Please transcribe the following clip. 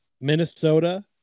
Minnesota